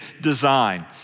design